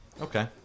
Okay